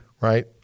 Right